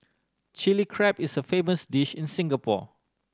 Chilli Crab is a famous dish in Singapore